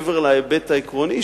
מעבר להיבט העקרוני,